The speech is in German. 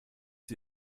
sie